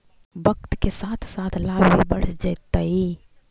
वक्त के साथ साथ लाभ भी बढ़ जतइ